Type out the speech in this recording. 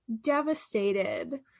Devastated